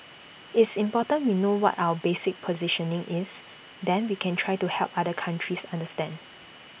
it's important we know what our basic positioning is then we can try to help other countries understand